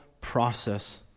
process